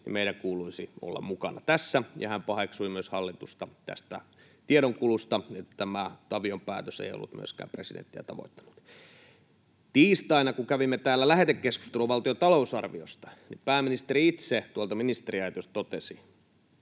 meidän kuuluisi olla mukana tässä, ja hän paheksui myös hallitusta tästä tiedonkulusta, kun tämä Tavion päätös ei ollut myöskään presidenttiä tavoittanut. Tiistaina kun kävimme täällä lähetekeskustelua valtion talousarviosta, pääministeri itse tuolta ministeriaitiosta totesi,